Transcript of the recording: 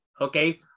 Okay